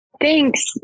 Thanks